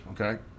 okay